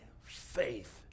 faith